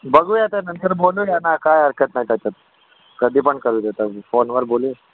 बघूया तर नंतर बोलूया ना काय हरकत नाही त्याच्यात कधी पण करू देत अगदी फोनवर बोलूया